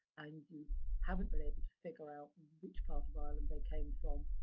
and you haven't been able to figure out which part of ireland they came from,